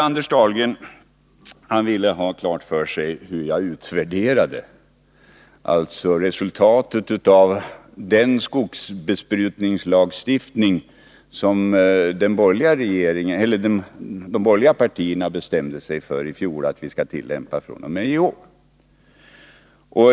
Anders Dahlgren vill ha klart för sig hur jag utvärderar resultatet av den skogsbesprutningslagstiftning som de borgerliga partierna i fjol bestämde att vi skall tillämpa fr.o.m. i år.